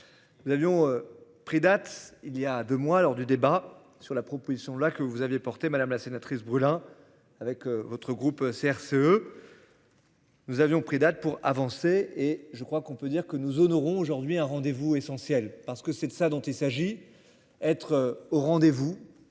Nous avions pris date. Il y a 2 mois, lors du débat sur la proposition là que vous aviez porté madame la sénatrice Boulin avec votre groupe CRCE. Nous avions pris date pour avancer et je crois qu'on peut dire que nous honorons aujourd'hui un rendez-vous essentiel parce que c'est de ça dont il s'agit. Être au rendez vous